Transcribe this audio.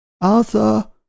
Arthur